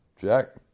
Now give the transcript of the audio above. Jack